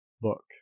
book